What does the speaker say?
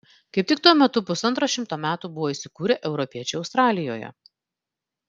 kaip tik tuo metu pusantro šimto metų buvo įsikūrę europiečiai australijoje